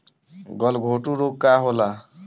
गलघोटू रोग का होला?